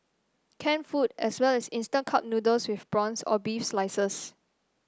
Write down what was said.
canned food as well as instant cup noodles with prawns or beef slices